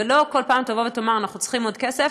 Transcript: ולא כל פעם תבוא ותאמר: אנחנו צריכים עוד כסף.